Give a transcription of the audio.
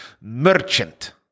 merchant